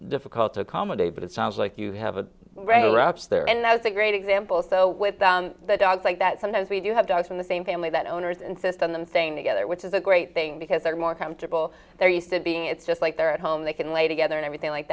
difficult to accommodate but it sounds like you have a regular ups there and that was a great example so with the dogs like that sometimes we do have dogs in the same family that owners insist on them thing together which is a great thing because they're more comfortable they're used to being it's just like they're at home they can lay together and everything like